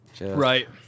Right